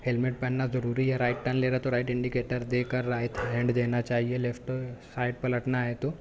helmet پہننا ضروری ہے رائٹ ٹرن لے رہے تو رائٹ انڈیکیٹر دے کر رائٹ ہینڈ دینا چاہیے لفٹ سائڈ پلٹنا ہے تو